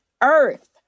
earth